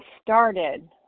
started